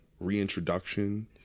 reintroduction